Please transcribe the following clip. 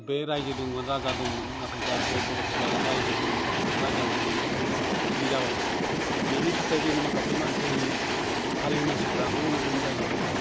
बे रायजो दोंमोन राजा दोंमोन नाथाय दा बे बर'फ्रा रायजोबो गैला राजाबो गैला लिजाबाय दा बेनि थाखाय जोंनि माखासे मानसि जोंनि हारिनि मानसिफ्रा गुबुन गुबुन जायगाफ्राव